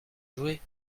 jouer